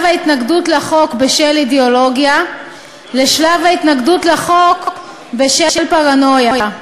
ההתנגדות לחוק בשל אידיאולוגיה לשלב ההתנגדות לחוק בשל פרנויה.